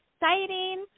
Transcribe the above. exciting